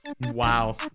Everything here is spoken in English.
Wow